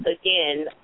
again